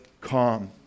calm